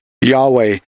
Yahweh